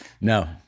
no